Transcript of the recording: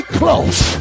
close